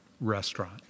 restaurant